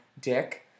Dick